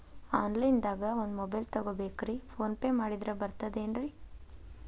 Online ದಾಗ ಒಂದ್ mobile ತಗೋಬೇಕ್ರಿ ಫೋನ್ ಪೇ ಮಾಡಿದ್ರ ಬರ್ತಾದೇನ್ರಿ?